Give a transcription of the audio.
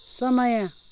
समय